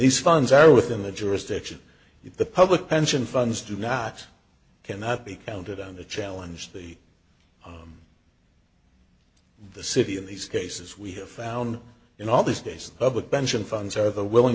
these funds are within the jurisdiction if the public pension funds do not cannot be counted on to challenge the on the city of these cases we have found in all these cases public pension funds or the willing